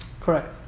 correct